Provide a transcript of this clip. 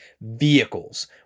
vehicles